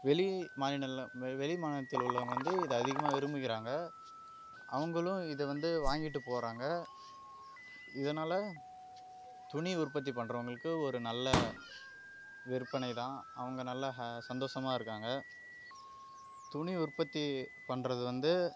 வெளி மாநில வெளி மாநிலத்தில் உள்ளவங்க வந்து இதை அதிகமாக விரும்புகிறாங்க அவங்களும் இது வந்து வாங்கிட்டு போகிறாங்க இதனால் துணி உற்பத்தி பண்றவங்களுக்கு ஒரு நல்ல விற்பனை தான் அவங்க நல்ல சந்தோஷமா இருக்காங்க துணி உற்பத்தி பண்ணுறது வந்து